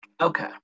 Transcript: okay